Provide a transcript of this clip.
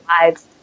lives